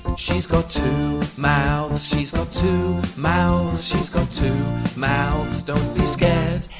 she's got two mouths. she's got two mouths. she's got two mouths. don't be scared.